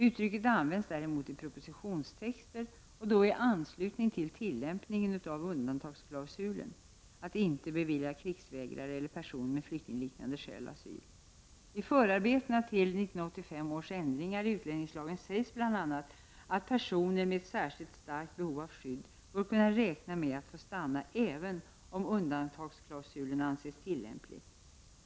Uttrycket används däremot i propositionstexter och då i anslutning till tillämpningen av undantagsklausulen att inte bevilja krigsvägrare och personer med flyktingliknande skäl asyl. I förarbetena till 1985 års ändringar i utlänningslagen sägs bl.a. att personer med ett särskilt starkt behov av skydd bör kunna räkna med att få stanna även om undantagsklausulen anses tillämplig.